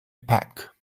pack